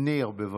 ניר, בבקשה.